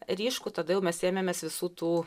ryškų todėl mes ėmėmės visų tų